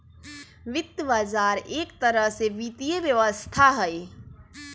वित्त बजार एक तरह से वित्तीय व्यवस्था हई